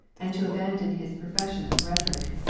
and to abandon his profession of rhetoric,